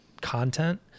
content